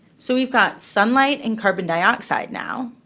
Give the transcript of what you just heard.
so we've got sunlight and carbon dioxide now.